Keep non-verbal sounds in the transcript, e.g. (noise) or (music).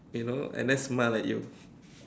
you know and that smile at you (breath)